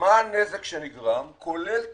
מה הנזק שנגרם, כולל תמותה,